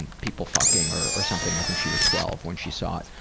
and people fucking or or something, i think she was twelve when she saw it.